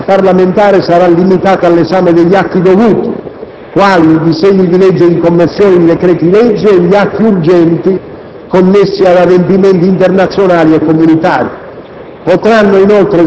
secondo la prassi parlamentare, sarà limitata all'esame di atti dovuti, quali i disegni di legge di conversione di decreti-legge e gli atti urgenti connessi ad adempimenti internazionali e comunitari.